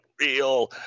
real